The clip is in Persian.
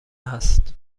هست